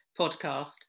podcast